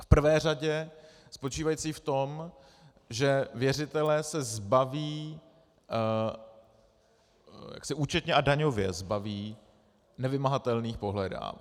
V prvé řadě spočívající v tom, že věřitelé se zbaví, jaksi účetně a daňově zbaví, nevymahatelných pohledávek.